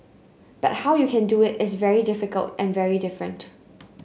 but how you can do it is very difficult and very different